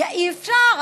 אי-אפשר.